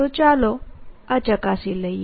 તો ચાલો આ ચકાસી લઈએ